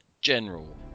general